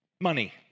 Money